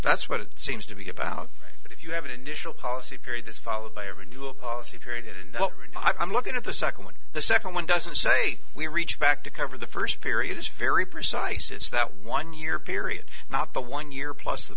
that's what it seems to be about but if you have an initial policy period this followed by a renewal policy period and i'm looking at the second one the second one doesn't say we reach back to cover the first period it's very precise it's that one year period not the one year plus the